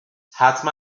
حتما